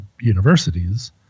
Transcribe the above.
universities